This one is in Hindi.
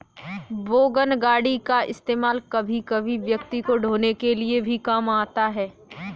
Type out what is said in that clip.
वोगन गाड़ी का इस्तेमाल कभी कभी व्यक्ति को ढ़ोने के लिए भी काम आता है